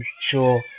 sure